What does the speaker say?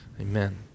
Amen